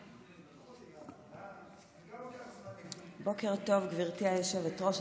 בוקר טוב, גברתי היושבת-ראש.